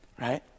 right